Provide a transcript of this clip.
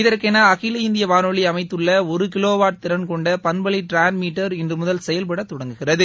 இதற்கென அகில இந்திய வானொலி அமைத்துள்ள ஒரு கிலோவாட் திறன்கொண்ட பண்பலை ட்ரான்மீட்டர் இன்று முதல் செயல்பட தொடங்குகிறது